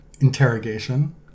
interrogation